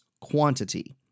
quantity